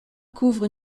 couvre